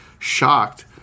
Shocked